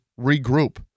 regroup